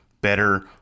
better